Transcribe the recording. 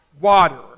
water